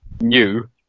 new